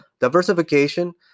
Diversification